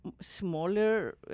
smaller